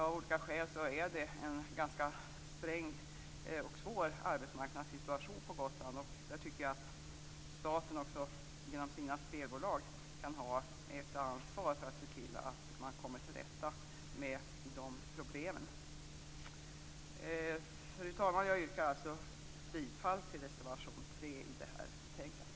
Av olika skäl är det en ganska sträng och svår arbetsmarknadssituation på Gotland, och där tycker jag att staten genom sina spelbolag kunde ta ansvar för att se till att man kommer till rätta med de problemen. Fru talman! Jag yrkar bifall till reservation 3 till det här betänkandet.